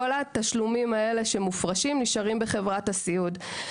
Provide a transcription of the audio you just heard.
כל התשלומים האלה שמופרשים נשארים בחברת הסיעוד.